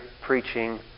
preaching